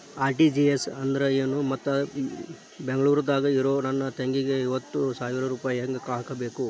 RTGS ಅಂದ್ರ ಏನು ಮತ್ತ ಬೆಂಗಳೂರದಾಗ್ ಇರೋ ನನ್ನ ತಂಗಿಗೆ ಐವತ್ತು ಸಾವಿರ ರೂಪಾಯಿ ಹೆಂಗ್ ಹಾಕಬೇಕು?